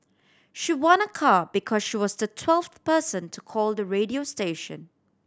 she won a car because she was the twelfth person to call the radio station